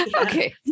okay